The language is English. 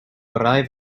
arrive